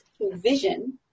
vision